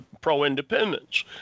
pro-independence